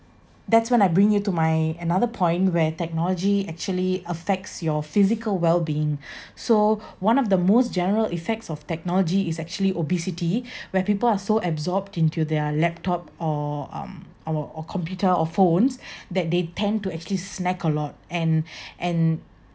that's when I bring you to my another point where technology actually affects your physical wellbeing so one of the most general effects of technology is actually obesity where people are so absorbed into their laptop or um or computer or phones that they tend to actually snack a lot and and